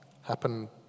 happen